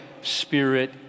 Spirit